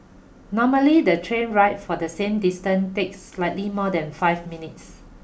normally the train ride for the same distance takes slightly more than five minutes